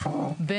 לא רק